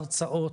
הרצאות.